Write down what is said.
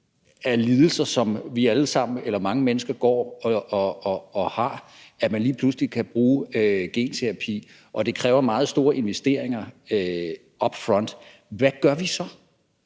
af lidelser, som mange mennesker har, hvor man lige pludselig kan bruge genterapi, som kræver meget store investeringer up front, hvad gør vi så?